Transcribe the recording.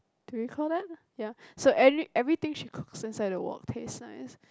do you call that ya so every~ everything she cooks inside the wok taste nice